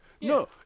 No